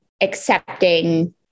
accepting